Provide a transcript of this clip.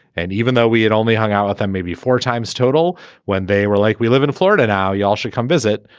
and even though we had only hung out with them maybe four times total when they were like we live in florida now you all should come visit.